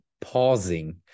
pausing